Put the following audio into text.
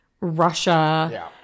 Russia